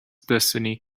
destiny